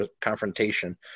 confrontation